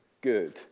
good